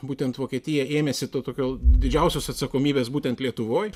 būtent vokietija ėmėsi to tokio didžiausios atsakomybės būtent lietuvoj